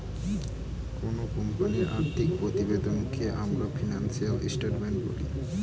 কোনো কোম্পানির আর্থিক প্রতিবেদনকে আমরা ফিনান্সিয়াল স্টেটমেন্ট বলি